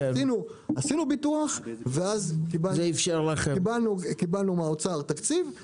עשינו ביטוח ואז קיבלנו ממשרד האוצר תקציב,